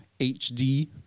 HD